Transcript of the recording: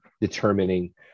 determining